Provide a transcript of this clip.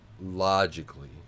logically